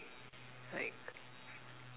like